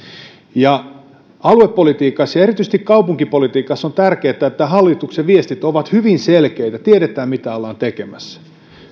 aluepolitiikassa ja erityisesti kaupunkipolitiikassa on tärkeätä että hallituksen viestit ovat hyvin selkeitä tiedetään mitä ollaan tekemässä